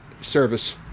service